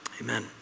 Amen